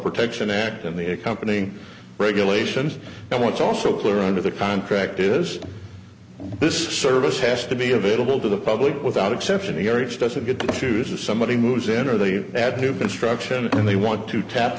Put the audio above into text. protection act in the accompanying regulations and what's also clear under the contract is this service has to be available to the public without exception the r h doesn't get to choose or somebody moves in or they add new construction and they want to tap